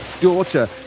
daughter